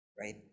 right